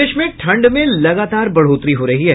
प्रदेश में ठंड में लगातार बढ़ोतरी हो रही है